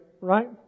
right